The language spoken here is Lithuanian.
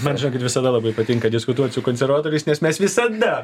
man žinokit visada labai patinka diskutuot su konservatoriais nes mes visada